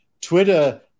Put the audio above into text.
Twitter